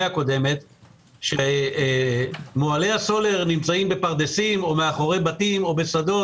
הקודמת שמוהלי הסולר נמצאים בפרדסים או מאחורי בתים או בשדות